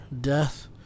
death